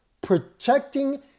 protecting